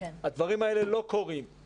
הדברים האלה לא קורים,